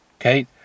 okay